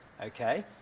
Okay